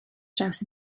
draws